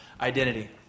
identity